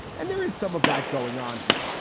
and there is some of that going on here.